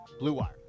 bluewire